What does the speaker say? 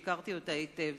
שהכרתי היטב.